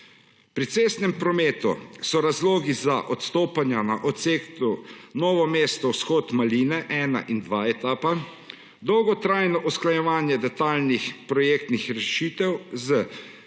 Pri cestnem prometu so razlogi za odstopanja na odseku Novo mesto vzhod-Maline 1 in 2 etapa, dolgotrajno usklajevanje detajlnih projektnih rešitev z